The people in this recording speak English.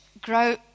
grow